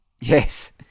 Yes